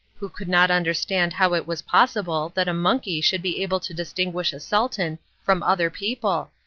who could not understand how it was possible that a monkey should be able to distinguish a sultan from other people,